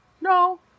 No